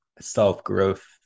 self-growth